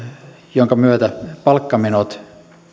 jonka myötä palkkamenot